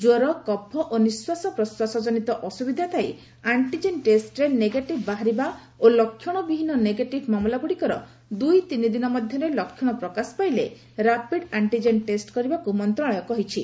କ୍ୱର କଫ ଓ ନିଶ୍ୱାସପ୍ରଶ୍ୱାସ ଜନିତ ଅସୁବିଧା ଥାଇ ଆଷ୍ଟିଜେନ୍ ଟେଷ୍ଟରେ ନେଗେଟିଭ୍ ବାହାରିବା ଓ ଲକ୍ଷଣବିହୀନ ନେଗେଟିଭ୍ ମାମଲାଗୁଡ଼ିକର ଦୁଇ ତିନିଦିନ ମଧ୍ୟରେ ଲକ୍ଷଣ ପ୍ରକାଶ ପାଇଲେ ସେମାନଙ୍କର ଆରଟିପିସିଆର୍ ଟେଷ୍ କରିବାକୁ ମନ୍ତ୍ରଣାଳୟ କହିଛି